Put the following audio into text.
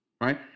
right